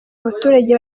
abaturage